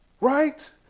Right